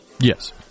Yes